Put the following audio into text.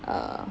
uh